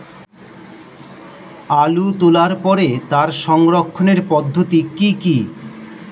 আলু তোলার পরে তার সংরক্ষণের পদ্ধতি কি কি?